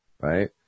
Right